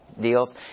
deals